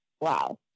wow